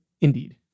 Indeed